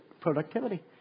productivity